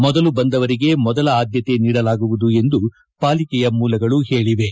ಮೊದಲು ಬಂದವರಿಗೆ ಮೊದಲ ಆದ್ಯತೆ ನೀಡಲಾಗುವುದು ಎಂದು ಪಾಲಿಕೆಯ ಮೂಲಗಳು ಹೇಳಿವೆ